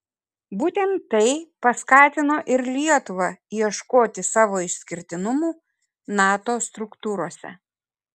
būtent tai paskatino ir lietuvą ieškoti savo išskirtinumų nato struktūrose